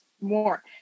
more